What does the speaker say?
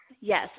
yes